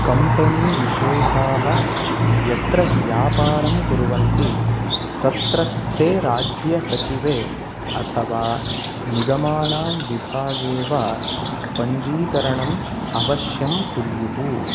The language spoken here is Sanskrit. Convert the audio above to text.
कम्पेनीविशेषाः यत्र व्यापारं कुर्वन्ति तत्रस्थे राज्यसचिवे अथवा निगमानां विभागे वा पञ्जीकरणम् अवश्यं कुर्युः